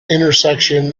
intersection